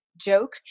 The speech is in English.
joke